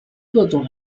各种